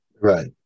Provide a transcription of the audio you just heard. Right